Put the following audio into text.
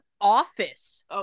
office